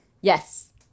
Yes